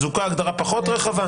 זוכה - הגדרה פחות רחבה.